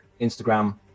Instagram